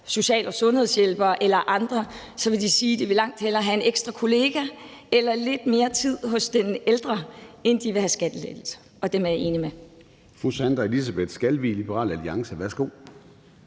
social- og sundhedshjælpere eller andre, vil de sige, at de langt hellere vil have en ekstra kollega eller lidt mere tid hos den ældre, end de vil have skattelettelser, og dem er jeg enig med. Kl. 14:09 Formanden (Søren Gade): Fru Sandra Elisabeth Skalvig, Liberal Alliance. Værsgo.